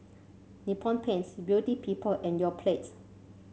Nippon Paint Beauty People and Yoplait